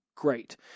Great